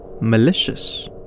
malicious